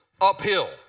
uphill